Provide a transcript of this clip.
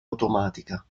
automatica